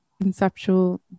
conceptual